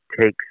takes